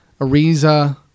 Ariza